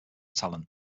talent